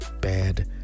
bad